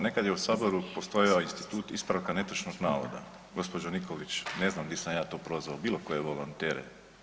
Nekad je u Saboru postojao institut ispravka netočnog navoda, gospođo Nikolić, ne znam gdje sa ja to prozvao bilo koje volontere.